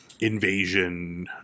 invasion